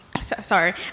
sorry